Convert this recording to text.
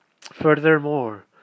furthermore